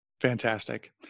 Fantastic